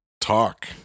talk